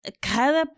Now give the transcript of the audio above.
cada